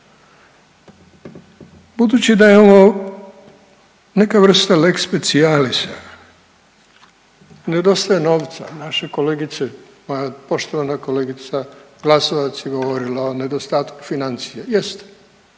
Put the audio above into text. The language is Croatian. Budući da je ovo neka vrsta lex specialisa nedostaje novca, naše kolegice, pa poštovana kolegica Glasovac je govorila o nedostatku financija, jeste,